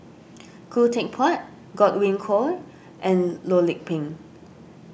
Khoo Teck Puat Godwin Koay and Loh Lik Peng